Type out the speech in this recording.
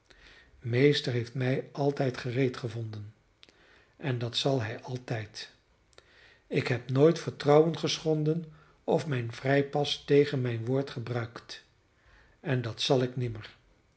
meester heeft mij altijd gereed gevonden en dat zal hij altijd ik heb nooit vertrouwen geschonden of mijn vrijpas tegen mijn woord gebruikt en dat zal ik nimmer